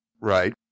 Right